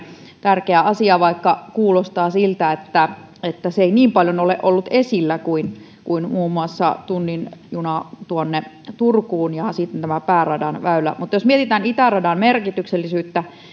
tärkeä asia vaikka kuulostaa siltä että että se ei niin paljon ole ollut esillä kuin kuin muun muassa tunnin juna tuonne turkuun ja tämä pääradan väylä mutta jos mietitään itäradan merkityksellisyyttä